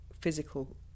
physical